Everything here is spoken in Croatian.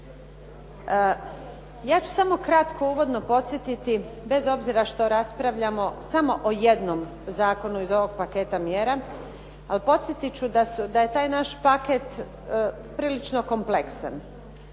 Ja ću samo kratko uvodno podsjetiti bez obzira što raspravljamo samo o jednom zakonu iz ovog paketa mjera, ali podsjetit ću da je taj naš paket prilično kompleksan.